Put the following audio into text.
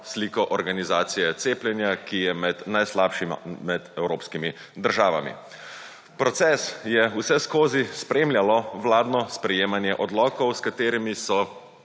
sliko organizacije cepljenja, ki je med najslabšima med evropskimi državami. Proces je vseskozi spremljalo vladno sprejemanje odlokov, s katerimi so